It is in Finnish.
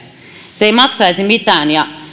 se ei maksaisi mitään ja